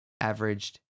averaged